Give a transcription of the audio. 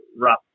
rough